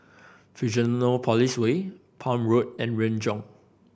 Fusionopolis Way Palm Road and Renjong